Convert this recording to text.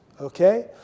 Okay